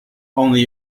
only